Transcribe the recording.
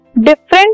different